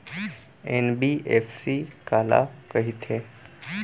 NBFC काला कहिथे?